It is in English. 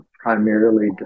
primarily